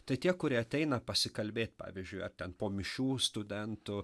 tai tie kurie ateina pasikalbėt pavyzdžiui ar ten po mišių studentų